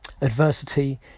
adversity